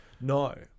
No